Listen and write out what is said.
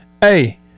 Hey